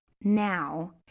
now